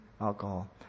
alcohol